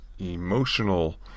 emotional